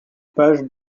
page